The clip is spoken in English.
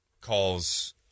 calls